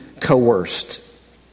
coerced